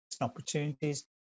opportunities